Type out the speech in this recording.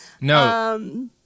No